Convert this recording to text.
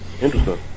Interesting